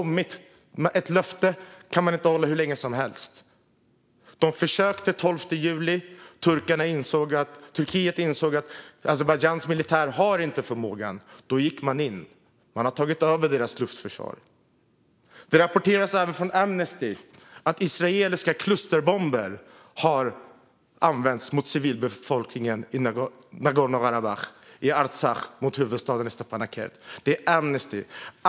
Men ett löfte kan man inte hålla hur länge som helst. Man försökte den 12 juli. Turkiet insåg då att Azerbajdzjans militär inte har någon förmåga. Då gick man in. Man har tagit över deras luftförsvar. Amnesty rapporterar att israeliska klusterbomber har använts mot civilbefolkningen i Nagorno-Karabach - i Artsach - och huvudstaden Stepanakert.